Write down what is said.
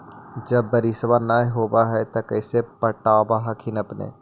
जब बारिसबा नय होब है तो कैसे पटब हखिन अपने?